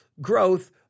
growth